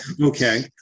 Okay